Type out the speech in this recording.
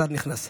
השר נכנס.